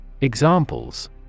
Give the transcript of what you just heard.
Examples